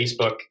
Facebook